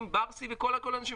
עם ברסי ועם כל האנשים.